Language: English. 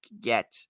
get